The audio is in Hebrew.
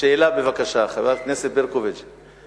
שמאלוב-ברקוביץ בבקשה.